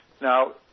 Now